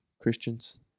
Christians